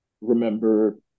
remember